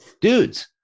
dudes